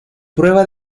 prueba